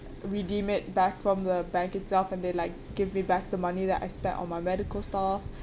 redeem it back from the bank itself and they like give me back the money that I spent on my medical stuff